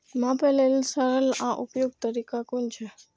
मापे लेल सरल आर उपयुक्त तरीका कुन छै?